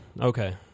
Okay